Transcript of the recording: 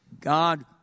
God